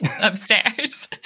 upstairs